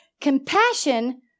Compassion